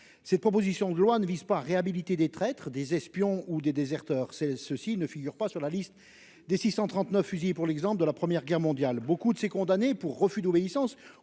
cette proposition de loi ne vise pas réhabiliter des traîtres, des espions ou des déserteurs c'est ceci ne figure pas sur la liste des 639 fusillés pour l'exemple de la première guerre mondiale. Beaucoup de ces condamnés pour refus d'obéissance